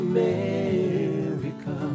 America